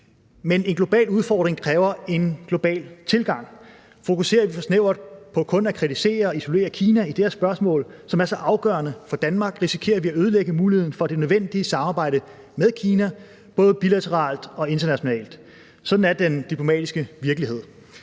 Men en global udfordring kræver en global tilgang. Fokuserer vi for snævert på kun at kritisere og isolere Kina i det her spørgsmål, som er så afgørende for Danmark, risikerer vi at ødelægge muligheden for det nødvendige samarbejde med Kina, både bilateralt og internationalt. Sådan er den diplomatiske virkelighed.